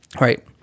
right